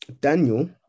Daniel